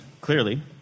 clearly